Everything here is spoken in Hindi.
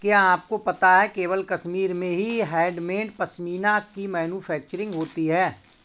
क्या आपको पता है केवल कश्मीर में ही हैंडमेड पश्मीना की मैन्युफैक्चरिंग होती है